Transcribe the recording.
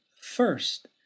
first